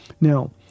now